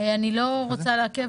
אני לא רוצה לעכב,